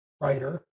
writer